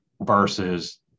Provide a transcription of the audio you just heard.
versus